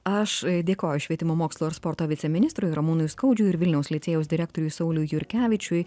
aš dėkoju švietimo mokslo ir sporto viceministrui ramūnui skaudžiu ir vilniaus licėjaus direktoriui sauliui jurkevičiui